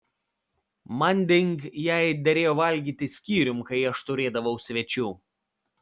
manding jai derėjo valgyti skyrium kai aš turėdavau svečių